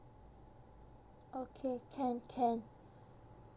okay can can